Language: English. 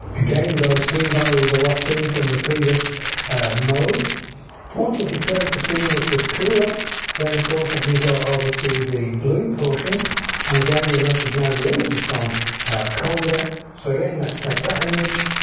again those three values are locked in from the previous mode wanted to create a scene which was cooler then of course i can go over to the blue portion and again you'll notice now the image has gone colder so again let's take that image